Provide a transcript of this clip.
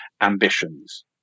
ambitions